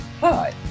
Hi